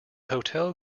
hotel